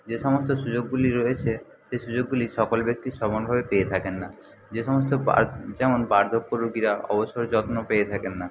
যে সমস্ত সুযোগগুলি রয়েছে সে সুযোগগুলি সকল ব্যক্তি সমানভাবে পেয়ে থাকেন না যে সমস্ত বার যেমন বার্ধক্য রুগীরা অবসরের যত্ন পেয়ে থাকেন না